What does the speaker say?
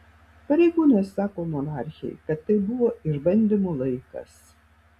pareigūnas sako monarchei kad tai buvo išbandymų laikas